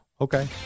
Okay